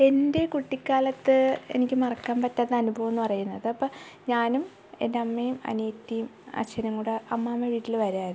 എൻ്റെ കുട്ടിക്കാലത്ത് എനിക്ക് മറക്കാൻ പറ്റാത്ത അനുഭവം എന്നു പറയുന്നത് ഇപ്പോൾ ഞാനും എൻ്റെ അമ്മയും അനിയത്തിയും അച്ഛനും കൂടെ അമ്മാമ്മ വീട്ടിൽ വരുവായിരുന്നു